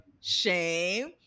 shame